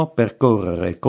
percorrere